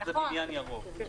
נכון,